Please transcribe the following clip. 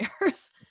years